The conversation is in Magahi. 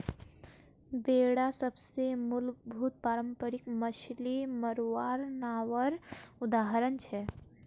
बेडा सबसे मूलभूत पारम्परिक मच्छ्ली मरवार नावर उदाहरण छे